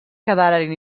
quedaren